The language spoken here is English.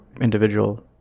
individual